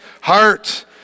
heart